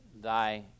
thy